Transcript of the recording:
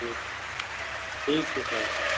छियै ठीक छै सर फेर